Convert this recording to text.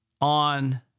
on